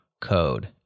code